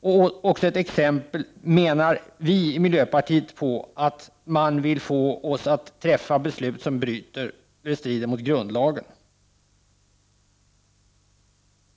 Och vi i miljöpartiet menar att detta dessutom är ett exempel på att man vill få oss att fatta beslut som strider mot grundlagen.